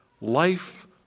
Life